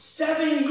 seven